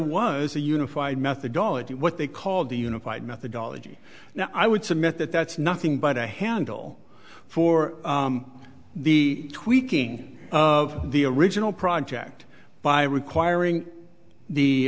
was a unified methodology what they called the unified methodology now i would submit that that's nothing but a handle for the tweaking of the original project by requiring the